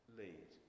lead